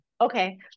Okay